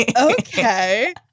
Okay